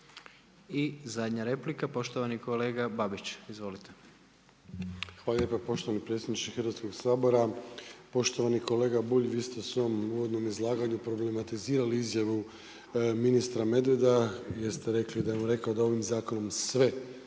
I zadnje replika, poštovani kolega Babić. Izvolite. **Babić, Ante (HDZ)** Hvala lijepa poštovani predsjedniče Hrvatskog sabora. Poštovani kolega Bulj, vi ste u svom uvodnom izlaganju problematizirali izjavu ministra Medveda, jer ste rekli, da u nekom od ovim zakonom sve